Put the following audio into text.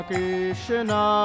Krishna